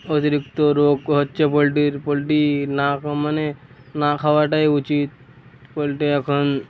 অতিরিক্ত রোগ হচ্ছে পোলট্রির পোলট্রি না মানে না খাওয়াটাই উচিত পোলট্রি এখন